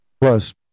Plus